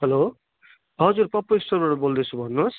hello हजुर पप्पू स्टोरबाट बोल्दैछु भन्नुहोस्